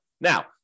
Now